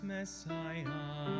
Messiah